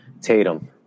Tatum